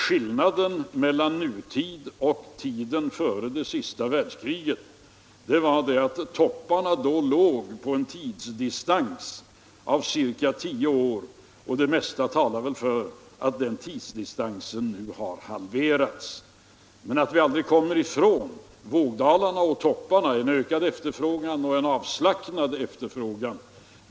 Skillnaden mellan nutid och tiden före det sista världskriget var att topparna då låg på en tidsdistans av ca 10 år, medan det mesta talar för att den tidsdistansen nu är halverad. Vi kommer dock aldrig ifrån vågdalarna och vågtopparna, ökad och avslacknad efterfrågan.